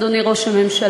אדוני ראש הממשלה,